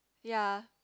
ya